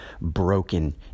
broken